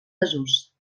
desús